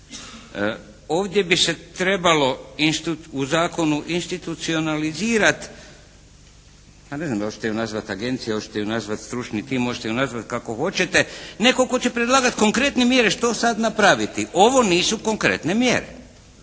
Ovdje bi se trebalo u zakonu institucionalizirati, a ne znam hoćete li ju nazvati agencija, hoćete ju nazvati stručni tim, možete ju nazvati kako hoćete, netko tko će predlagati konkretne mjere što sada napraviti. Ovo nisu konkretne mjere.